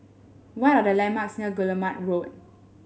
what are the landmarks near Guillemard Road